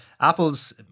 Apple's